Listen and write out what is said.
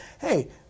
hey